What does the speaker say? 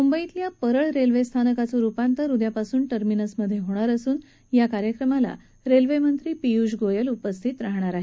मुंबईतल्या परळ रेल्वेस्थानकाचं रुपांतर उद्यापासून टर्मिनसमध्ये होणार असून या कार्यक्रमाला रेल्वेमंत्री पियूष गोयल उपस्थित राहणार आहेत